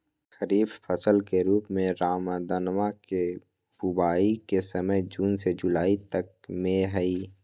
खरीफ फसल के रूप में रामदनवा के बुवाई के समय जून से जुलाई तक में हई